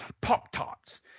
pop-tarts